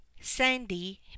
Sandy